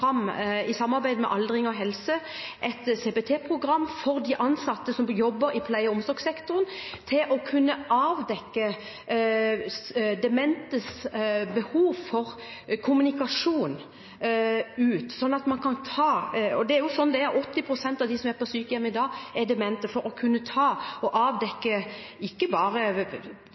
i samarbeid med Aldring og helse fram et program for de ansatte som jobber i pleie- og omsorgssektoren, til å kunne avdekke dementes behov for kommunikasjon ut – 80 pst. av dem som er på sykehjem i dag, er demente – og til å kunne avdekke ikke bare